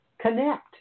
connect